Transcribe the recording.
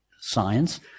science